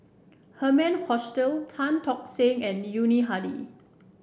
Herman Hochstadt Tan Tock Seng and Yuni Hadi